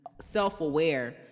self-aware